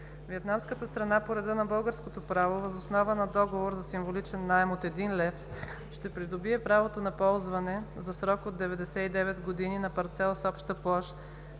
Виетнамската страна по реда на българското право, въз основа на договор за символичен наем от 1 лев, ще придобие правото за ползване за срок от 99 години на парцел с обща площ